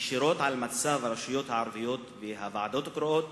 ישירות על מצב הרשויות הערביות והוועדות הקרואות